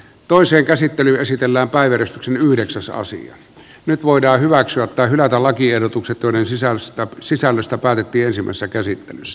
toisen käsittely esitellä bayer syhdeksänsa asia nyt voidaan hyväksyä tai hylätä lakiehdotukset joiden sisällöstä päätettiin ensimmäisessä käsittelyssä